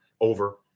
over